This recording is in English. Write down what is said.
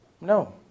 No